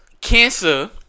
cancer